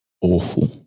awful